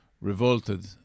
revolted